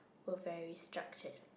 were very structured